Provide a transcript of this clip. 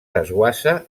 desguassa